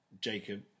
Jacob